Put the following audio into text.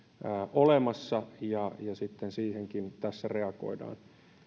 olemassa ja sitten siihenkin tässä reagoidaan